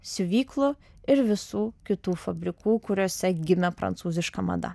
siuvyklų ir visų kitų fabrikų kuriuose gimė prancūziška mada